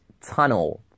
tunnel